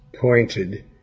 pointed